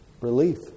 relief